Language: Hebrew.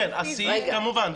כמובן,